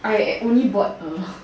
I only bought hmm